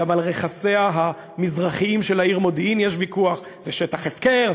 גם על רכסיה המזרחיים של העיר מודיעין יש ויכוח: זה שטח הפקר,